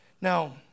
Now